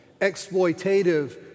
exploitative